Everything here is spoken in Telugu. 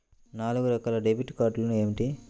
నాలుగు రకాల డెబిట్ కార్డులు ఏమిటి?